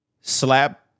slap